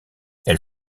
elle